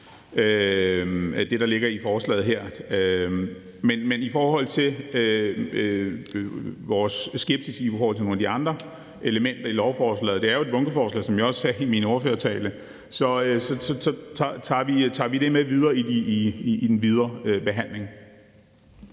her, i forhold til kompensation. Men i forhold til vores skepsis over for nogle af de andre elementer i lovforslaget vil jeg sige, at det jo er et bunkeforslag, som jeg også sagde i min ordførertale, så vi tager det med videre i den videre behandling.